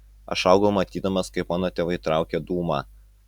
aš augau matydamas kaip mano tėvai traukia dūmą